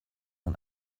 man